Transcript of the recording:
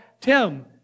Tim